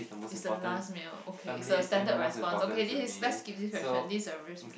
it's the last meal okay is the standard response okay this is let's skip this question this a very stupid